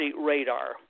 radar